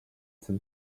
some